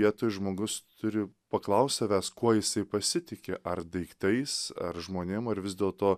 vieto žmogus turi paklaus savęs kuo jisai pasitiki ar daiktais ar žmonėm ar vis dėlto